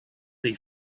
they